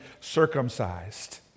circumcised